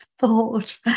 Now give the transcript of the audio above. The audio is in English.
thought